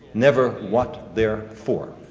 never what they're for.